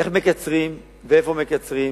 איך מקצרים ואיפה מקצרים,